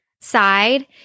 side